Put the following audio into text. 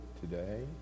today